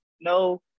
no